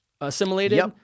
assimilated